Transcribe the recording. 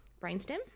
brainstem